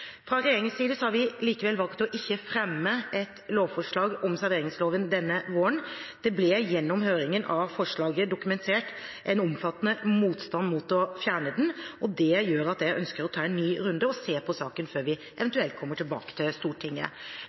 Fra regjeringens side har vi likevel valgt å ikke fremme et lovforslag om serveringsloven denne våren. Det ble gjennom høringen av forslaget dokumentert en omfattende motstand mot å fjerne den, og det gjør at jeg ønsker å ta en ny runde og se på saken før vi eventuelt kommer tilbake til Stortinget.